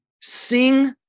Sing